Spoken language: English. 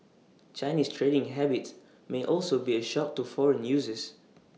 Chinese trading habits may also be A shock to foreign users